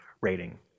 rating